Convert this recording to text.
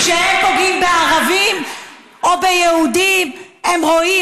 שכשהם פוגעים בערבים או ביהודים, הם רואים?